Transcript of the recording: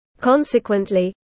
Consequently